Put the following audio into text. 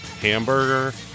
hamburger